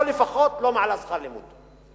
או לפחות לא מעלה שכר לימוד.